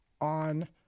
on